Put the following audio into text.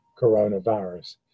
coronavirus